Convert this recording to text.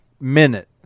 minute